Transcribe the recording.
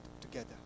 together